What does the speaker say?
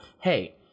hey